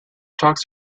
talks